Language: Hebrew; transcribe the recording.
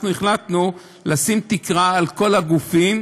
אנחנו החלטנו לשים תקרה על כל הגופים.